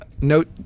note